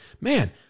man